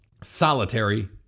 solitary